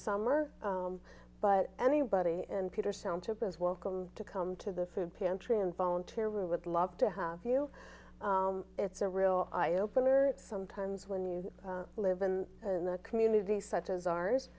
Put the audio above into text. summer but anybody and peter sound chip is welcome to come to the food pantry and volunteer we would love to have you it's a real eye opener sometimes when you live in the community such as ours